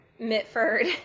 mitford